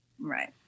Right